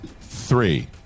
three